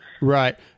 Right